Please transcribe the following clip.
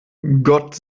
gott